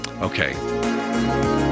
Okay